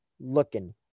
looking